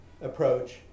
approach